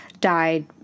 died